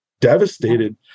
devastated